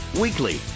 weekly